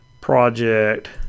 project